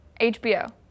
HBO